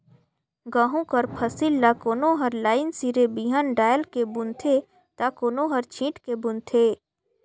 गहूँ कर फसिल ल कोनो हर लाईन सिरे बीहन डाएल के बूनथे ता कोनो हर छींट के बूनथे